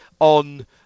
On